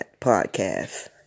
podcast